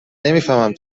نمیفهمم